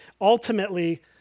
Ultimately